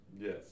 Yes